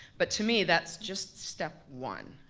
but to me that's just step one.